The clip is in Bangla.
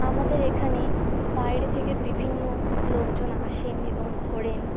আমাদের এখানে বাইরে থেকে বিভিন্ন লোকজন আসেন এবং ঘোরেন